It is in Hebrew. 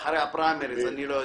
חוה,